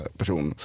person